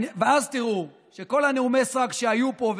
ואז תראו שכל נאומי הסרק שהיו פה,